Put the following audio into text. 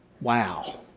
Wow